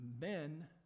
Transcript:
men